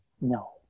No